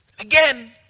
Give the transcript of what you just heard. Again